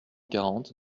quarante